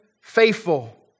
faithful